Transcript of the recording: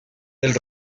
del